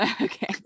Okay